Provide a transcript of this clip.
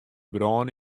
brân